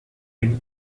been